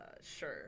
sure